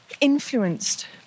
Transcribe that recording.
influenced